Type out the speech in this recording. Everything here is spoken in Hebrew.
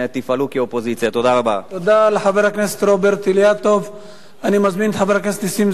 תן לחבר הכנסת אילטוב להתייחס,